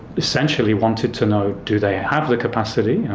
essentially wanted to know do they have the capacity,